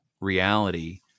reality